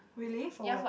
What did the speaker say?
really for what